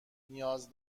نیاز